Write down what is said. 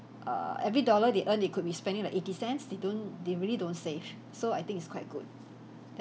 err every dollar they earn they could be spending like eighty cents they don't they really don't save so I think it's quite good